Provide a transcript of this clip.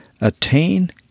attain